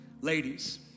ladies